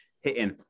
hitting